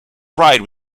ride